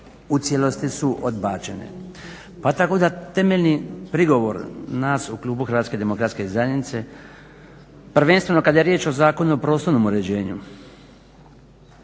u cijelosti su odbačene. Pa tako da temeljni prigovor nas u klubu HDZ-a prvenstveno kad je riječ o Zakonu o prostornom uređenju